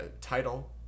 Title